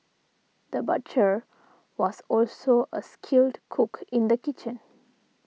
the butcher was also a skilled cook in the kitchen